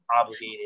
obligated